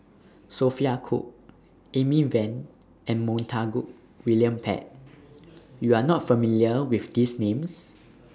Sophia Cooke Amy Van and Montague William Pett YOU Are not familiar with These Names